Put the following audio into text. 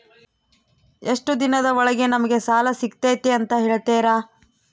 ಎಷ್ಟು ದಿನದ ಒಳಗೆ ನಮಗೆ ಸಾಲ ಸಿಗ್ತೈತೆ ಅಂತ ಹೇಳ್ತೇರಾ?